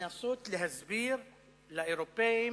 לנסות להסביר לאירופים